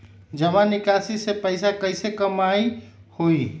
जमा निकासी से पैसा कईसे कमाई होई?